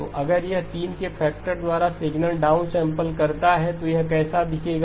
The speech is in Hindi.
तो अगर यह 3 के फैक्टर द्वारा सिग्नल डाउन सेंपल करता है तो यह कैसा दिखेगा